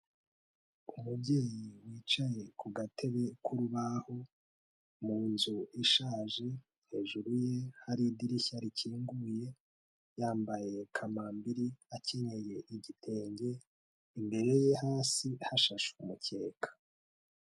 Umubyeyi wicaye ku gatebe k'urubaho, mu nzu ishaje, hejuru ye hari idirishya rikinguye, yambaye kamambiri akenyeye igitenge, imbere ye hasi hashashe umukeka.